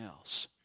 else